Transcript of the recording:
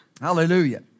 Hallelujah